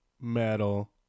metal